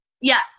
Yes